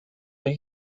are